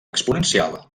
exponencial